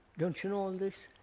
don't you know all this?